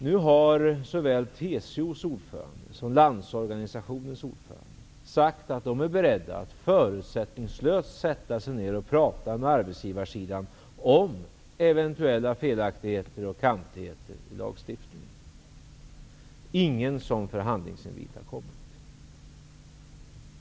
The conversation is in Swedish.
Nu har såväl TCO:s ordförande som Landsorganisationens ordförande sagt att de är beredda att förutsättningslöst sätta sig ned och prata med arbetsgivarsidan om eventuella felaktigheter och kantigheter i lagstiftningen. Ingen sådan förhandlingsinvit har kommit.